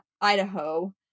idaho